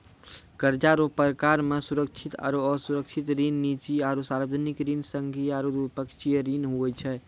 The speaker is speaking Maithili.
कर्जा रो परकार मे सुरक्षित आरो असुरक्षित ऋण, निजी आरो सार्बजनिक ऋण, संघीय आरू द्विपक्षीय ऋण हुवै छै